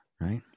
right